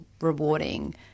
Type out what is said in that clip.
rewarding